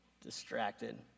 Distracted